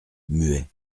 muet